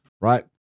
right